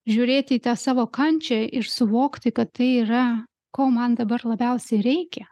žiūrėti į tą savo kančią ir suvokti kad tai yra ko man dabar labiausiai reikia